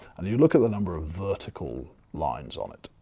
and you look at the number of vertical lines on it,